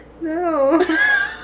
No